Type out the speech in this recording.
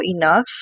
enough